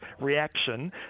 reaction